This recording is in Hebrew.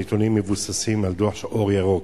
הנתונים מבוססים על דוח "אור ירוק".